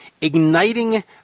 Igniting